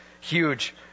huge